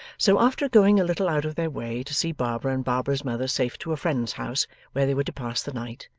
so, after going a little out of their way to see barbara and barbara's mother safe to a friend's house where they were to pass the night,